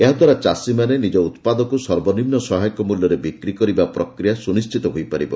ଏହାଦ୍ୱାରା ଚାଷୀମାନେ ନିଜ ଉତ୍ପାଦକୁ ସର୍ବନିମ୍ବ ସହାୟକ ମୂଲ୍ୟରେ ବିକ୍ରି କରିବା ପ୍ରକ୍ରିୟା ସୁନିଶ୍ଚିତ ହୋଇପାରିବ